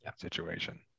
situation